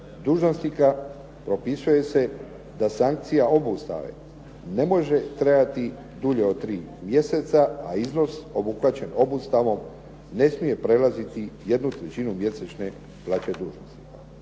dužnosnika, propisuje se da sankcija obustave ne može trajati dulje od tri mjeseca, a iznos obuhvaćen obustavnom ne smije prelaziti jednu trećinu mjesečne plaće dužnosnika.